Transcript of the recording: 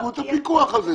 אז תהדקו את הפיקוח על זה.